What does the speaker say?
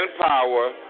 power